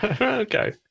okay